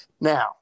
now